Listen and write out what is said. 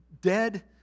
dead